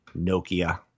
Nokia